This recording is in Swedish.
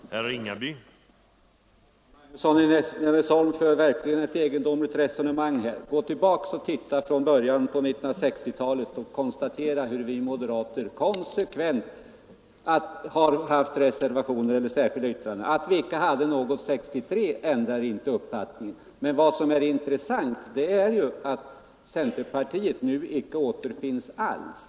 Herr talman! Herr Magnusson i Nennesholm för verkligen ett egendomligt resonemang. Gå tillbaka till början av 1960-talet och konstatera hur vi mo derater konsekvent haft reservationer och särskilda yrkanden! Att vi inte hade något 1973 ändrar inte saken. Vad som är intressant är att centerpartiet nu icke återfinns alls.